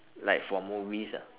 like for movies ah